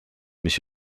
mis